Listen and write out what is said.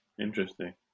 Interesting